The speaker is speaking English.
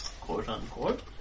quote-unquote